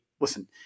listen